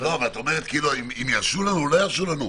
את אומרת כאילו אם ירשו לנו או לא ירשו לנו.